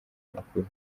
amakuru